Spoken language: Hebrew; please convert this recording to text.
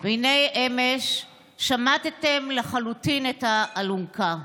והינה, אמש שמטתם לחלוטין את האלונקה.